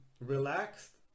relaxed